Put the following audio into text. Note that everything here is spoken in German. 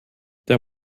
der